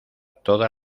toda